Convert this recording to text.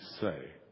say